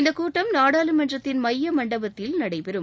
இந்தக் கூட்டம் நாடாளுமன்றத்தின் மைய மண்டபத்தில் நடைபெறும்